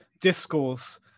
discourse